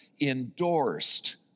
endorsed